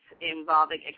involving